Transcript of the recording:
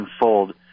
unfold